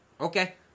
Okay